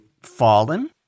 fallen